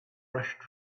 rushed